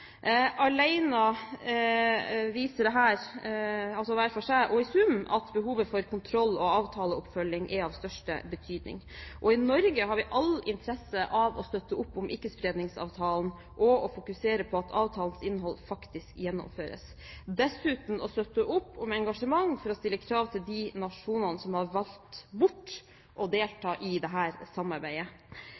viser dette, altså hver for seg og i sum, at behovet for kontroll og avtaleoppfølging er av største betydning. I Norge har vi all interesse av å støtte opp om Ikke-spredningsavtalen, fokusere på at avtalens innhold faktisk gjennomføres, og dessuten støtte opp om engasjementet for å stille krav til de nasjonene som har valgt bort å delta i dette samarbeidet.